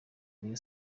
rayon